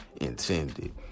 intended